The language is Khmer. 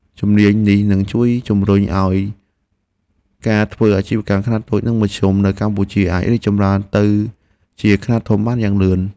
ជំនាញនេះនឹងជួយជំរុញឱ្យការធ្វើអាជីវកម្មខ្នាតតូច និងមធ្យមនៅកម្ពុជាអាចរីកចម្រើនទៅជាខ្នាតធំបានយ៉ាងលឿន។